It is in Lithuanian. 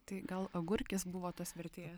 tai gal agurkis buvo tas vertėjas